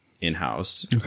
in-house